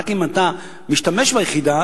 אף אחד לא הסביר להם,